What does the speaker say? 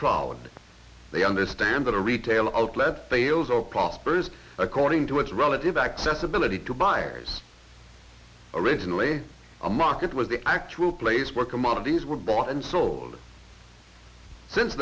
crowd they understand that a retail outlet sales are prosperous according to its relative accessibility to buyers originally a market was the actual place where commodities were bought and sold since